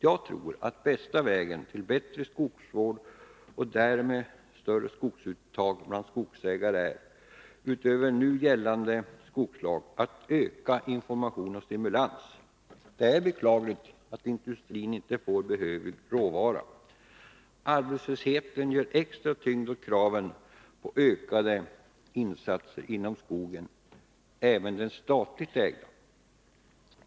Jag tror att bästa vägen till bättre skogsvård och därmed större skogsuttag bland skogsägare är — utöver nu gällande skogslag — att öka information och stimulans. Det är beklagligt att industrin inte får behövlig råvara. Arbetslösheten ger extra tyngd åt kraven på ökade insatser inom skogen — även den statligt ägda.